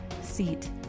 seat